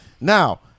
Now